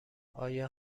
آیا